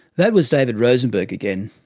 that was david rosenberg again.